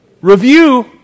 review